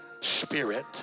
spirit